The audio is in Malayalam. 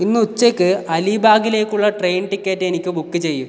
ഇന്ന് ഉച്ചക്ക് അലിബാഗിലേക്കുള്ള ട്രെയിൻ ടിക്കറ്റ് എനിക്ക് ബുക്ക് ചെയ്യുക